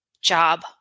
job